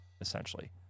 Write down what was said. essentially